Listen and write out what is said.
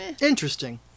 interesting